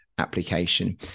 application